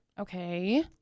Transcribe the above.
Okay